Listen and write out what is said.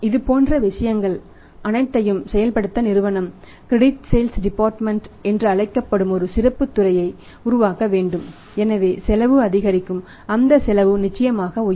இதுபோன்ற விஷயங்கள் அனைத்தையும் செயல்படுத்த நிறுவனம் கிரிடிட் சேல்ஸ் டிபார்ட்மெண்ட் என்று அழைக்கப்படும் ஒரு சிறப்புத் துறையை உருவாக்க வேண்டும் எனவே செலவு அதிகரிக்கும் அந்த செலவு நிச்சயமாக உயரும்